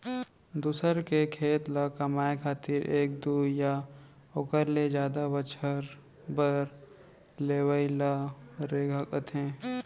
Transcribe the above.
दूसर के खेत ल कमाए खातिर एक दू या ओकर ले जादा बछर बर लेवइ ल रेगहा कथें